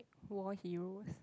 war heroes